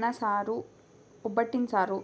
ಅನ್ನ ಸಾರು ಒಬ್ಬಟ್ಟಿನ ಸಾರು